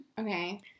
Okay